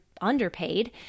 underpaid